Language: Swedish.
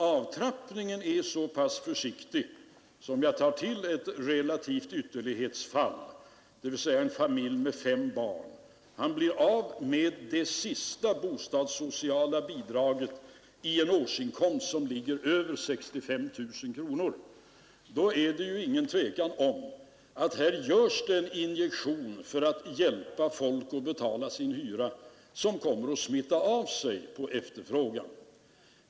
Avtrappningen är dock så pass försiktig att — jag tar nu ett relativt ytterlighetsfall — en familj med fem barn blir av med det sista bostadssociala bidraget i en årsinkomst som ligger över 65 000 kronor. Då är det ju ingen tvekan om att det här görs en injektion för att hjälpa folk att betala sin hyra, en injektion som kommer att smitta av sig på efterfrågan.